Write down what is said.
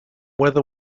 whether